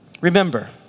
Remember